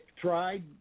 tried